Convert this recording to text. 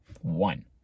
one